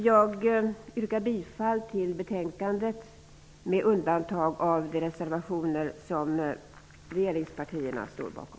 Jag yrkar bifall till utskottets hemställan med undantag av de reservationer som regeringspartierna står bakom.